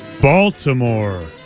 Baltimore